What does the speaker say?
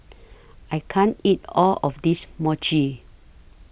I can't eat All of This Mochi